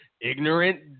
ignorant